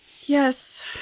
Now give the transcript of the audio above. Yes